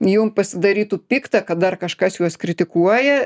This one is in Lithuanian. jum pasidarytų pikta kad dar kažkas juos kritikuoja